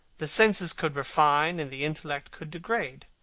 the senses could refine, and the intellect could degrade.